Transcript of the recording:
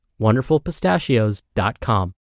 WonderfulPistachios.com